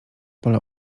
pole